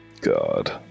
God